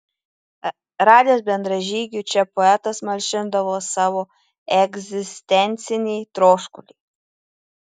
radęs bendražygių čia poetas malšindavo savo egzistencinį troškulį